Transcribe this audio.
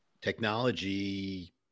technology